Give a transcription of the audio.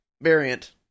variant